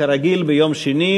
כרגיל ביום שני,